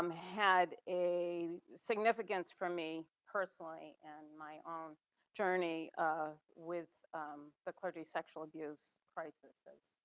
um had a significance for me personally, and my own journey um with the clergy sexual abuse crisises,